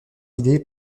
idées